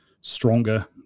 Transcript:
stronger